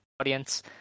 audience